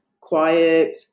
quiet